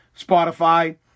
Spotify